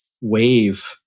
wave